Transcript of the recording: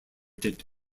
did